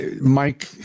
Mike